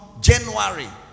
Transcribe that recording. January